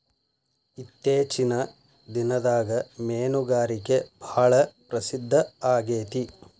ಇತ್ತೇಚಿನ ದಿನದಾಗ ಮೇನುಗಾರಿಕೆ ಭಾಳ ಪ್ರಸಿದ್ದ ಆಗೇತಿ